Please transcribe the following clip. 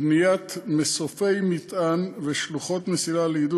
בניית מסופי מטען ושלוחות מסילה לעידוד